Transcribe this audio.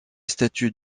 statue